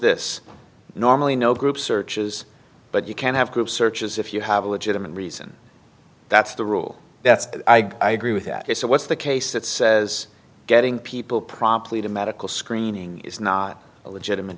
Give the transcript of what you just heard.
this normally no group searches but you can have group searches if you have a legitimate reason that's the rule that's i agree with that it's a what's the case that says getting people promptly to medical screening is not a legitimate